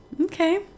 Okay